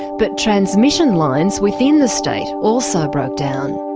but transmission lines within the state also broke down.